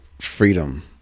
freedom